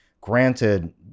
Granted